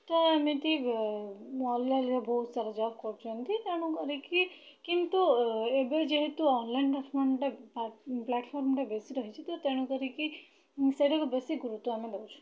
ତ ଏମିତି ଅନ୍ଲାଇନ୍ରେ ବହୁତ ସାରା ଜବ୍ କରୁଛନ୍ତି ତେଣୁକରିକି କିନ୍ତୁ ଏବେ ଯେହେତୁ ଅନ୍ଲାଇନ୍ର ପ୍ଲାଟ୍ଫର୍ମ୍ଟା ବେଶୀ ରହିଛି ତ ତେଣୁକରିକି ସେଇଟାକୁ ବେଶୀ ଗୁରୁତ୍ୱ ଆମେ ଦେଉଛୁ